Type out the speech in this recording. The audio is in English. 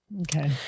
Okay